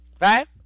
Right